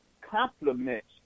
complements